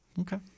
Okay